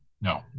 No